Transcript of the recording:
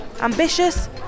Ambitious